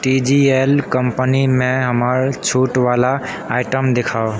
T G L कम्पनीमे हमर छूट वाला आइटम देखाउ